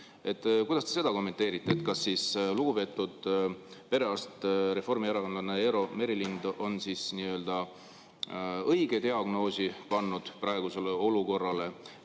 Kuidas te seda kommenteerite? Kas lugupeetud perearst, reformierakondlane Eero Merilind on nii-öelda õige diagnoosi pannud praegusele olukorrale?